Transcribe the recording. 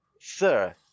Sir